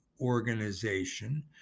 organization